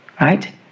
right